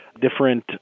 different